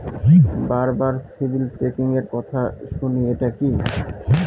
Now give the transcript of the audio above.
বারবার সিবিল চেকিংএর কথা শুনি এটা কি?